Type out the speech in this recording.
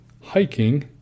hiking